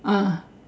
ah